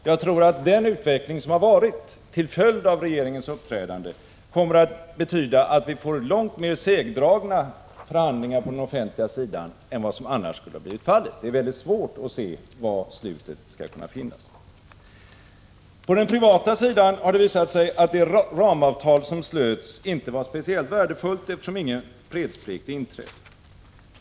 Jag tror att den utveckling som har varit till följd av regeringens uppträdande kommer att betyda att vi får långt mer segdragna förhandlingar på den offentliga sidan än vad som annars skulle ha blivit fallet. Det är mycket svårt att se vad som blir slutet. På den privata sidan har det visat sig att det ramavtal som slöts inte var speciellt värdefullt, eftersom ingen fredsplikt inträdde.